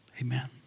amen